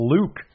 Luke